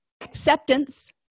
Acceptance